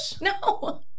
No